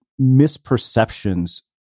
misperceptions